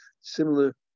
similar